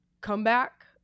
comeback